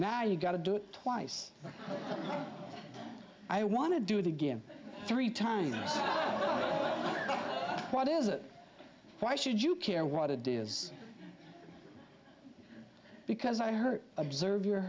now you got to do it twice i want to do it again three times what is it why should you care what it is because i hurt observe your